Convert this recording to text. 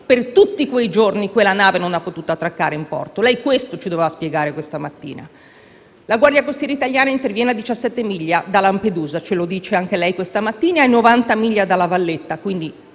per tutti quei giorni quella nave non ha potuto attraccare in porto. Lei questo ci doveva spiegare questa mattina. La Guardia costiera italiana interviene a 17 miglia da Lampedusa - ce l'ha detto anche lei questa mattina, signor Presidente